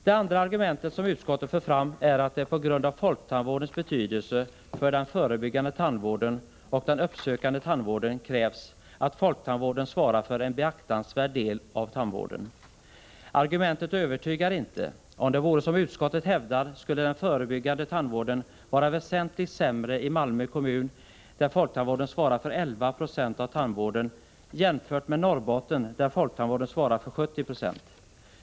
Det andra argumentet som utskottet för fram är att det på grund av folktandvårdens betydelse för den förebyggande tandvården och den uppsökande tandvården krävs att folktandvården svarar för en ”beaktansvärd del” av tandvården. Argumentet övertygar inte. Om det vore som utskottet hävdar skulle den förebyggande tandvården vara väsentligt sämre i Malmö kommun, där folktandvården svarar för 11 90 av tandvården, jämfört med Norrbotten, där folktandvården svarar för 70 20.